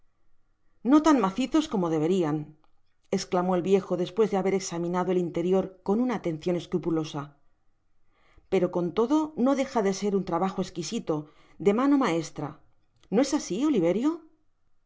no tan macisos como deberian esclamó el viejo despues de haber examinado el interior con una atencion escrupulosa pero con todo no deja de ser un trabajo exquisito de m maestra no es asi oliverio